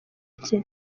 cye